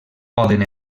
poden